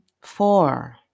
four